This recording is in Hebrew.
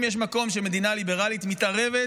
אם יש מקום שבו מדינה ליברלית מתערבת,